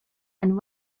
and